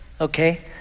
okay